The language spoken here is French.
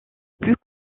plus